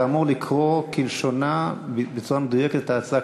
אתה אמור לקרוא כלשונה בצורה מדויקת את ההצעה,